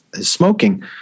smoking